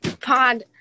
pod